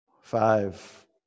Five